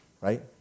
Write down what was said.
Right